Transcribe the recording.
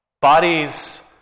Bodies